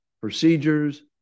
procedures